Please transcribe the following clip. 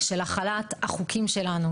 של החלת החוקים שלנו,